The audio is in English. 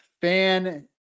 Fan